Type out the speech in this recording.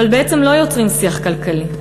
אבל בעצם לא יוצרים שיח כלכלי.